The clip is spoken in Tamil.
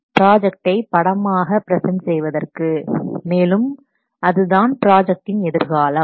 ப்ராஜெக்டை படமாக ப்ரெஸன்ட் செய்வதற்கு மேலும் அதுதான் ப்ராஜெக்ட்டின் எதிர்காலம்